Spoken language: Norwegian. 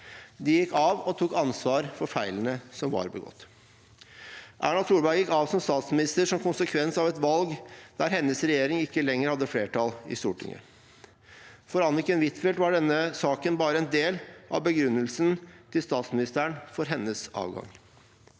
De gikk av og tok ansvar for feilene som var begått. Erna Solberg gikk av som statsminister som konsekvens av et valg der hennes regjering ikke lenger hadde flertall i Stortinget. For Anniken Huitfeldt var denne saken bare en del av begrunnelsen til statsministeren for hennes avgang.